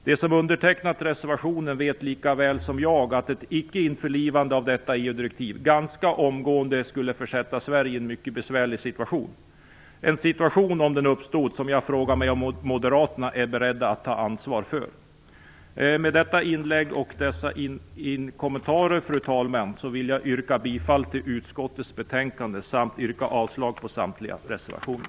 De som undertecknat reservationen vet lika väl som jag att ett icke införlivande av detta EU direktiv ganska omgående skulle försätta Sverige i en mycket besvärlig situation, en situation som, om den uppstod, jag undrar om Moderaterna är beredda att ta ansvar för. Fru talman! Med detta inlägg och dessa kommentarer vill jag yrka bifall till hemställan i utskottets betänkande och avslag på samtliga reservationer.